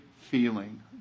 feeling